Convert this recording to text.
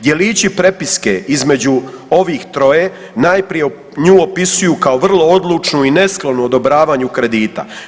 Djelići prepiske između ovih troje najprije nju opisuju kao vrlo odlučnu i nesklonu odobravanju kredita.